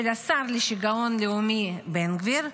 של השר לשיגעון לאומי בן גביר,